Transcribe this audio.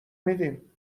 میدیم